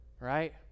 right